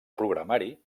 programari